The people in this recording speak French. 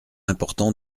important